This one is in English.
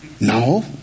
No